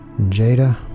Jada